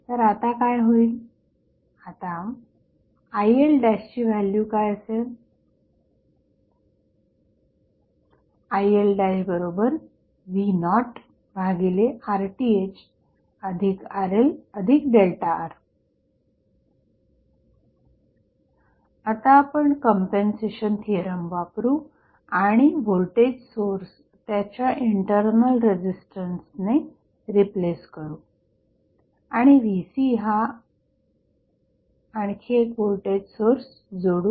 तर आता काय होईल आता IL'ची व्हॅल्यू काय असेल IL'V0RThRLR आता आपण कंम्पेन्सेशन थिअरम वापरू आणि व्होल्टेज सोर्स त्याच्या इंटरनल रेझिस्टन्स ने रिप्लेस करू आणि Vc हा अजुन एक व्होल्टेज सोर्स जोडू